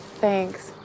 Thanks